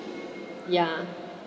ya